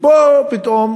ופה פתאום